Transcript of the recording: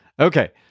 Okay